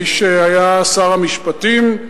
מי שהיה שר המשפטים,